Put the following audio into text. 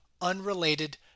unrelated